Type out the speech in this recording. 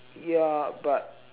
ya but